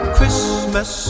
Christmas